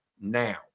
now